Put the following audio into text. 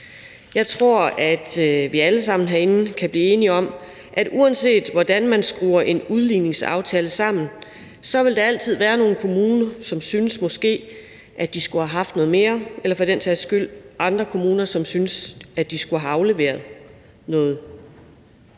Jeg tror, at vi alle sammen herinde kan blive enige om, at uanset hvordan man skruer en udligningsaftale sammen, vil der altid være nogle kommuner, som måske synes, at de skulle have haft noget mere, eller for den sags skyld andre kommuner, som synes, at de skulle have afleveret noget